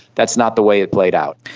that's not the way it played out.